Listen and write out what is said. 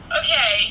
okay